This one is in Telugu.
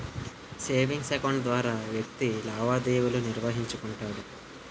సేవింగ్స్ అకౌంట్ ద్వారా వ్యక్తి లావాదేవీలు నిర్వహించుకుంటాడు